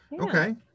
Okay